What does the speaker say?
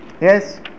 Yes